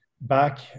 Back